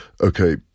Okay